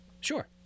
Sure